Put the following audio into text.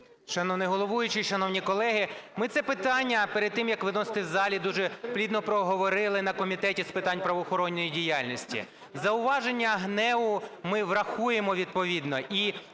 Шановний головуючий, шановні колеги, ми це питання перед тим, як виносити в залі, дуже плідно проговорили на Комітеті з питань правоохоронної діяльності. Зауваження ГНЕУ ми врахуємо відповідно.